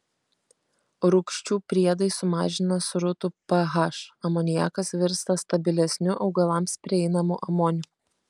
rūgščių priedai sumažina srutų ph amoniakas virsta stabilesniu augalams prieinamu amoniu